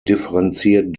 differenziert